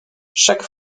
chaque